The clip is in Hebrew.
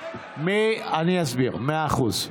אני אסביר, מאה אחוז.